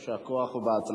יישר כוח ובהצלחה.